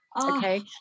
Okay